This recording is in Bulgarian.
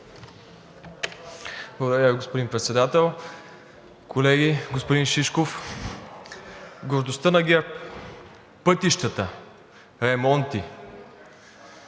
Благодаря, господин Председател. Колеги! Господин Шишков, гордостта на ГЕРБ – пътища, ремонти.